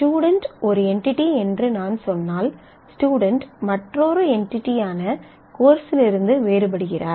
student ஒரு entity என்று நான் சொன்னால் ஸ்டுடென்ட் மற்றொரு என்டிடியான கோர்ஸிலிருந்து வேறுபடுகிறார்